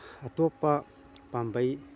ꯑꯇꯣꯞꯄ ꯄꯥꯝꯕꯩ